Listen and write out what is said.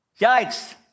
Yikes